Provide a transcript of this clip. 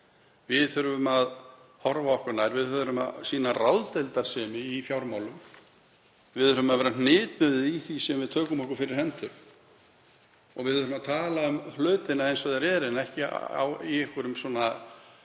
Við þurfum að horfa okkur nær. Við þurfum að sýna ráðdeildarsemi í fjármálum. Við þurfum að vera hnitmiðuð í því sem við tökum okkur fyrir hendur og við eigum að tala um hlutina eins og þeir eru en ekki í einhverjum